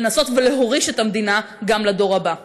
לנסות להוריש את המדינה גם לדור הבא.